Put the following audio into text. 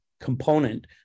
component